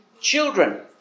children